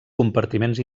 compartiments